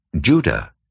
Judah